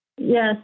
Yes